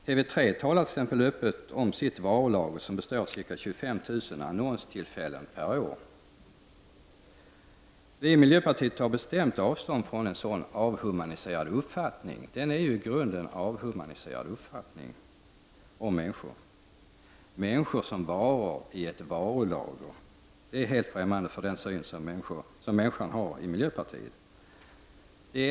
TV 3 talar t.ex. öppet om sitt varulager, som består av ca 25 000 annonstillfällen per år. Vi i miljöpartiet tar bestämt avstånd från en sådan i grunden avhumaniserad uppfattning om människor. Människor som varor i ett varulager är något helt främmande för den syn på människan som vi har i miljöpartiet.